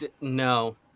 No